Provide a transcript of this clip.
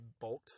bolt